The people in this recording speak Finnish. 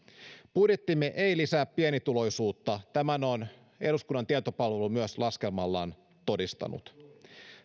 budjettimme ei lisää pienituloisuutta tämän on eduskunnan tietopalvelu myös laskelmallaan todistanut